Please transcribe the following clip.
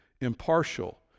impartial